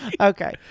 Okay